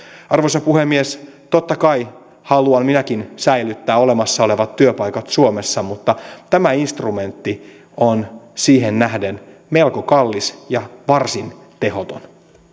arvoisa puhemies totta kai haluan minäkin säilyttää olemassa olevat työpaikat suomessa mutta tämä instrumentti on siihen nähden melko kallis ja varsin tehoton